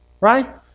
Right